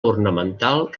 ornamental